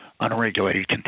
Unregulated